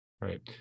right